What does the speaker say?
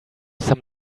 some